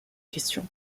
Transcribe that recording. question